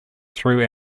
through